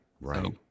Right